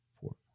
four